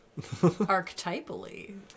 Archetypally